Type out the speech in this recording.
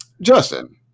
Justin